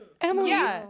Emily